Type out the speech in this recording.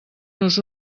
nos